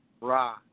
Ra